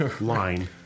line